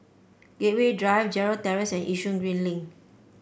Gateway Drive Gerald Terrace and Yishun Green Link